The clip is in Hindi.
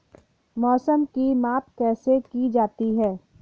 मौसम की माप कैसे की जाती है?